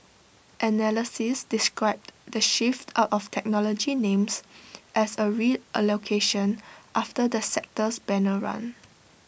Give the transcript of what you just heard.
analysts described the shift out of technology names as A reallocation after the sector's banner run